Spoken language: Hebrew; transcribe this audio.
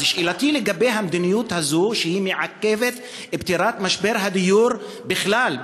אז שאלתי לגבי המדיניות הזאת שמעכבת את פתרון משבר הדיור בכלל,